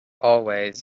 always